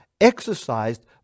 exercised